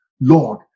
Lord